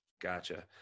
gotcha